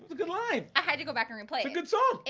good line. i had to go back and and play and good song.